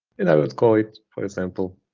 and i will call it, for example,